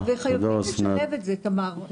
וחייבים לשלב את זה, תמר.